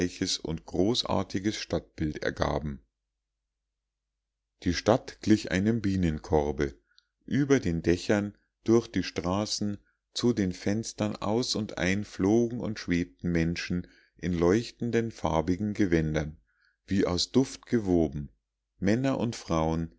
und großartiges stadtbild ergaben die stadt glich einem bienenkorbe über den dächern durch die straßen zu den fenstern aus und ein flogen und schwebten menschen in leuchtenden farbigen gewändern wie aus duft gewoben männer und frauen